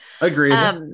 agreed